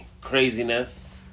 craziness